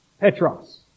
Petros